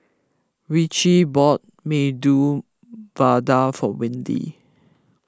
Richie bought Medu Vada for Windy